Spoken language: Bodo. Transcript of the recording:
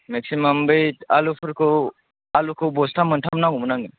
मेक्सिमाम बै आलुफोरखौ आलुखौ बस्ता मोनथाम नांगौमोन आंनो